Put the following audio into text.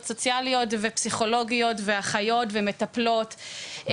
סוציאליות ופסיכולוגיות ואחיות ומטפלות.